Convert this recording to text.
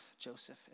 Joseph